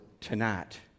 tonight